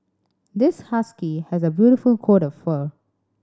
this husky has a beautiful coat of fur